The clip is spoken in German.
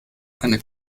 eine